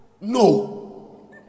No